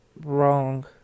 wrong